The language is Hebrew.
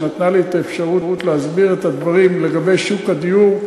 שנתנה לי את האפשרות להסביר את הדברים לגבי שוק הדיור.